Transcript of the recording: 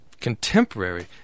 Contemporary